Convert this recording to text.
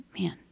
man